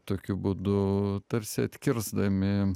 tokiu būdu tarsi atkirsdami